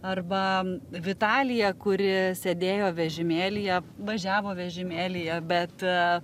arba vitalija kuri sėdėjo vežimėlyje važiavo vežimėlyje bet